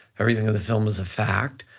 everything in the film was a fact,